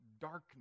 darkness